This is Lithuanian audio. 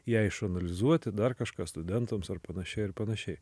ją išanalizuoti dar kažką studentams ar panašiai ar panašiai